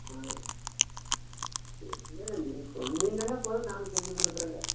இல்லைல்ல நீங்கள் சொன்னீங்கன்னா போதும் நாம செஞ்சு கொடுக்குறோங்க